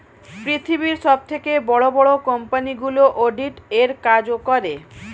পৃথিবীর সবথেকে বড় বড় কোম্পানিগুলো অডিট এর কাজও করে